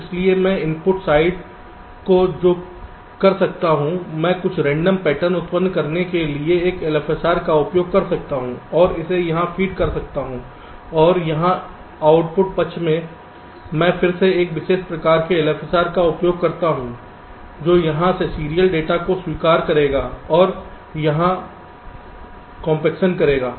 इसलिए मैं input side पर जो कर सकता हूं मैं कुछ रेंडम पैटर्न उत्पन्न करने के लिए एक LFSR का उपयोग कर सकता हूं और इसे यहां फ़ीड कर सकता हूं और यहां आउटपुट पक्ष पर मैं फिर से एक विशेष प्रकार के LFSR का उपयोग करता हूं जो यहां से सीरियल डेटा को स्वीकार करेगा और यह यहां कॉम्पेक्शन करेंगे